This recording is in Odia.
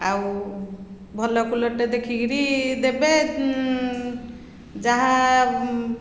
ଆଉ ଭଲ କୁଲର୍ଟେ ଦେଖିକିରି ଦେବେ ଯାହା